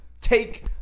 take